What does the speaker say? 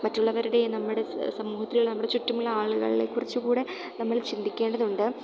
മറ്റുള്ളവരുടെ നമ്മുടെ സമൂഹത്തിലുള്ള നമ്മുടെ ചുറ്റുമുള്ള ആളുകളെ കുറിച്ച് കൂടെ നമ്മൾ ചിന്തിക്കേണ്ടതുണ്ട്